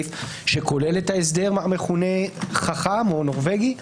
הסעיף שכולל את ההסדר שמכונה חכ"מ או נורבגי